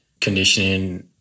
conditioning